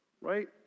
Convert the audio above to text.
right